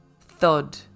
THUD